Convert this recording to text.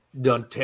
done